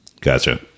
Gotcha